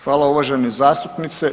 Hvala uvažena zastupnica.